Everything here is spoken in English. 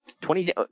Twenty